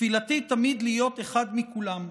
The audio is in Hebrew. תפילתי תמיד להיות אחד מכולם,